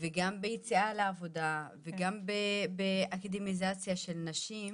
וגם ביציאה לעבודה וגם באקדמיזציה של נשים.